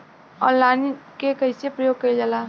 Online के कइसे प्रयोग कइल जाला?